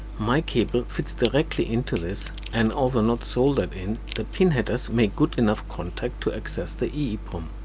my cable fits directly into this and although not soldered in, the pin headers make good enough contact to access the eeprom.